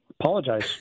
Apologize